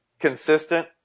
Consistent